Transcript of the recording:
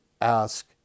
ask